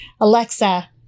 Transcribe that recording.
Alexa